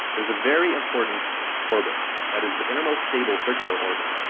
there's a very important orbit that is the inner most stable circular orbit,